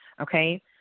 Okay